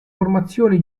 formazioni